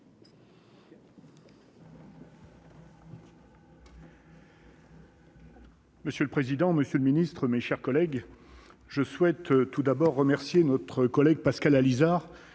Monsieur le président, monsieur le ministre, mes chers collègues, je souhaite tout d'abord remercier notre collègue Pascal Allizard,